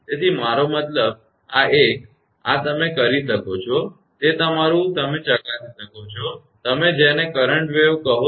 તેથી મારો મતલબ કે આ એક આ તમે કરી શકો છો તે તમારુ તમે ચકાસી શકો છો કે તમે જેને તમે કરંટ કહો છે